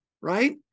Right